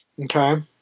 Okay